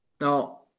Now